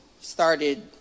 started